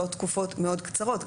לא תקופות מאוד קצרות.